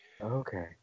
Okay